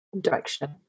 direction